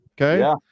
Okay